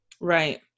Right